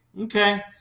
okay